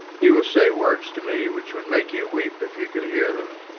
he will say words to me which would make you weep if you could hear them.